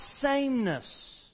sameness